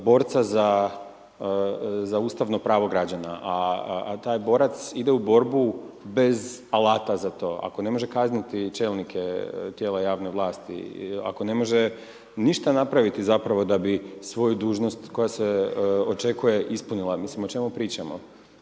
borca za ustavno pravo građana a taj borac ide u borbu bez alata za to, ako ne može kazniti čelnike tijela javne vlasti i ako ne može ništa napraviti zapravo da bi svoju dužnost koja se očekuje ispunila, mislim o čemu pričamo?